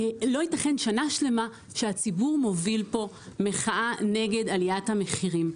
לא יתכן שנה שלמה שהציבור מוביל פה מחאה נגד עליית המחירים,